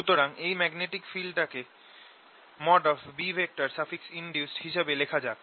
সুতরাং এই ম্যাগনেটিক ফিল্ডটাকে Binduced হিসেবে লেখা যাক